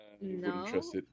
No